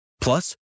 Plus